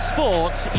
Sports